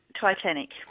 Titanic